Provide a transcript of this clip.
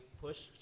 push